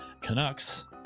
Canucks